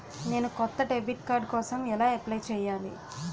నేను కొత్త debit card కోసం ఎలా అప్లయ్ చేయాలి?